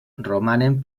romanen